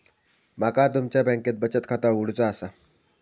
माका तुमच्या बँकेत बचत खाता उघडूचा असा?